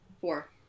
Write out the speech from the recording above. four